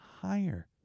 higher